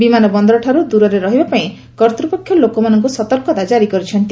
ବିମାନ ବନ୍ଦରଠାରୁ ଦୂରରେ ରହିବା ପାଇଁ କର୍ତ୍ତପକ୍ଷ ଲୋକମାନଙ୍କୁ ସତର୍କତା ଜାରି କରିଛନ୍ତି